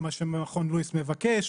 מה שמכון לואיס מבקש,